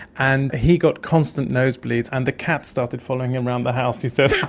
and he got constant nosebleeds and the cat started following him around the house he said.